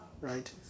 right